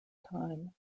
time